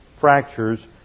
fractures